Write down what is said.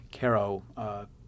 Caro